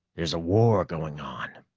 there's a war going on!